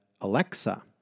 Alexa